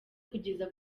kugeza